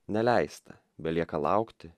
neleista belieka laukti